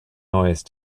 noise